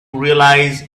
realize